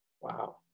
Wow